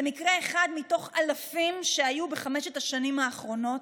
זה מקרה אחד מתוך אלפים שהיו בחמש השנים האחרונות,